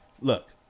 Look